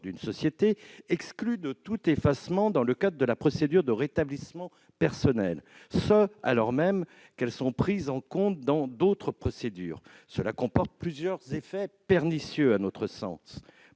en effet exclues de tout effacement dans le cadre de la procédure de rétablissement personnel, ce alors même qu'elles sont prises en compte dans d'autres procédures. Cela comporte plusieurs effets pernicieux à notre sens.